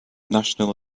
national